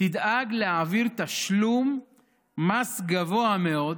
תדאג להעביר תשלום מס גבוה מאוד